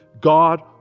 God